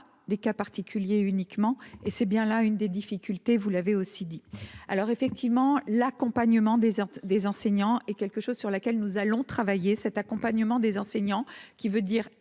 des cas particuliers uniquement, et c'est bien là une des difficultés, vous l'avez aussi dit alors effectivement l'accompagnement déserte des enseignants et quelque chose sur laquelle nous allons travailler cet accompagnement des enseignants qui veut dire,